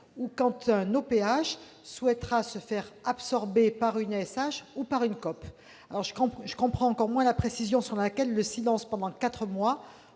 ou quand un OPH souhaitera se faire absorber par une ESH ou par une coop. Je comprends encore moins la précision selon laquelle le silence pendant quatre mois